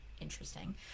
interesting